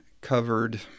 covered